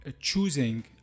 choosing